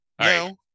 No